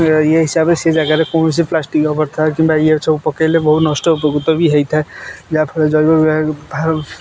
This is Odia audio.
ୟେ ହିସାବରେ ସେ ଜାଗାରେ କୌଣସି ପ୍ଲାଷ୍ଟିକ କିମ୍ବା ଇଏ ସବୁ ପକେଇଲେ ବହୁତ ନଷ୍ଟ ଉପକୃତ ବି ହେଇଥାଏ ଯାହାଫଳରେ ଜୈବିଭାଗ